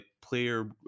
player